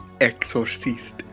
Exorcist